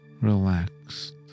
relaxed